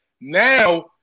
Now